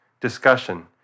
discussion